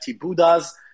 Buddhas